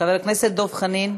חבר הכנסת דב חנין.